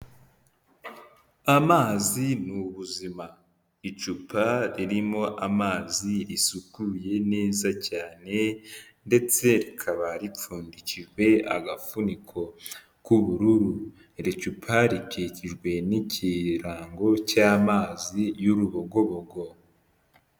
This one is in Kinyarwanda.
amazi ni ubuzima icupa ririmo amazi risukuye neza cyane ndetse rikaba ripfundikijwe agafuniko k'ubururu iri cupa rikikijwe n'ikirango cy'amazi y'urubogobogo.